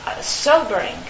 sobering